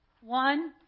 One